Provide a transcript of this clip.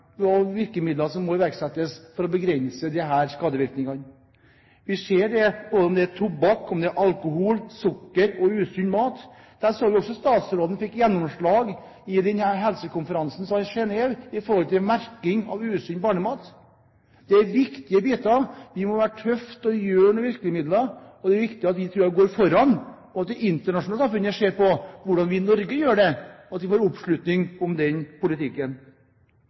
virkemidler som må iverksettes for å begrense disse skadevirkningene? Vi ser dette både når det gjelder tobakk, alkohol, sukker og usunn mat. Statsråden fikk gjennomslag på denne helsekonferansen som var i Genève, når det gjelder merking av usunn barnemat. Dette er viktige biter, og vi må være tøffe og gjøre bruk av virkemidler. Det er viktig, tror jeg, at vi går foran, og at det internasjonale samfunnet ser på hvordan vi i Norge gjør det, at vi får oppslutning om den politikken.